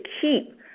keep